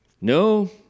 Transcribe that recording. No